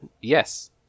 Yes